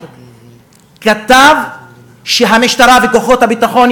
כתב שהמשטרה וכוחות הביטחון,